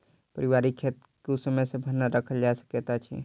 पारिवारिक खेत कुसमय मे भरना राखल जा सकैत अछि